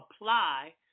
apply